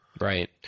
Right